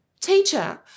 Teacher